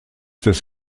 des